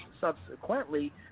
subsequently